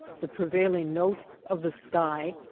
the prevailing note of the sky,